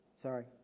sorry